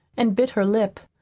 and bit her lip.